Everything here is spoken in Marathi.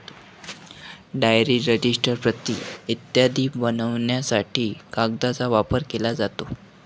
डायरी, रजिस्टर, प्रत इत्यादी बनवण्यासाठी कागदाचा वापर केला जातो